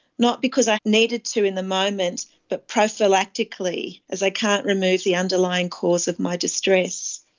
not because i've needed to in the moment but prophylactically as i can't remove the underlying cause of my distress.